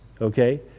okay